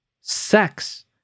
Sex